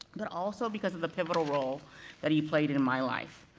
but also because of the pivotal role that he played in my life,